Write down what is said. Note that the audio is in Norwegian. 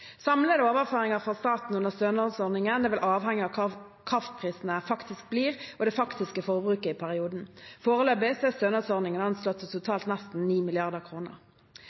fra staten under stønadsordningen vil avhenge av hva kraftprisene faktisk blir og det faktiske forbruket i perioden. Foreløpig er stønadsordningen anslått til totalt nesten